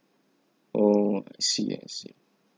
oh I see I see